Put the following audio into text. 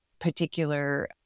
particular